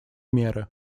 меры